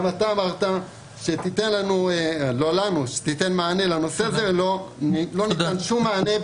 אתה אמרת שתיתן מענה לנושא הזה ולא ניתן שום מענה,